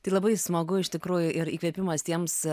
tai labai smagu iš tikrųjų ir įkvėpimas tiems